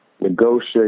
negotiate